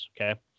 Okay